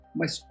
mas